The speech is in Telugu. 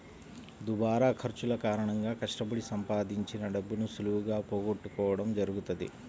దుబారా ఖర్చుల కారణంగా కష్టపడి సంపాదించిన డబ్బును సులువుగా పోగొట్టుకోడం జరుగుతది